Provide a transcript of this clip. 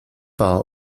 par